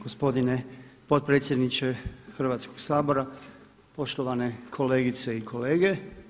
Gospodine potpredsjedniče Hrvatskog sabora, poštovane kolegice i kolege.